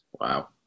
Wow